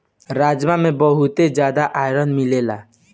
राजमा में बहुते जियादा आयरन मिलेला